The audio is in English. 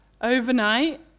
overnight